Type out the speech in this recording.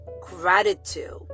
gratitude